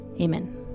Amen